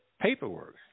paperwork